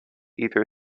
either